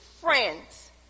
friends